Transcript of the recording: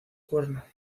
cuerno